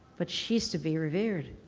but, she's to be revered,